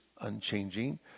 unchanging